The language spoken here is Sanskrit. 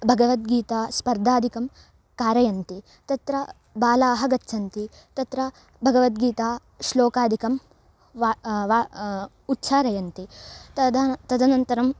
भगवद्गीता स्पर्धादिकं कारयन्ति तत्र बालाः गच्छन्ति तत्र भगवद्गीता श्लोकादिकं वा वा उच्चारयन्ति तदा तदनन्तरं